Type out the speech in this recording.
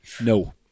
no